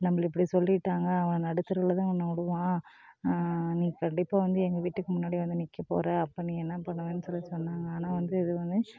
நம்மள இப்படி சொல்லிவிட்டாங்க அவன் நடுத்தெருவில் தான் உன்னை விடுவான் நீ கண்டிப்பாக வந்து எங்கள் வீட்டுக்கு முன்னாடி வந்து நிக்கப்போகிற அப்போ நீ என்ன பண்ணுவேன்னு சொல்லி சொன்னாங்க ஆனால் வந்து இதுவுமே